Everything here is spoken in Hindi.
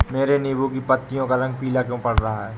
मेरे नींबू की पत्तियों का रंग पीला क्यो पड़ रहा है?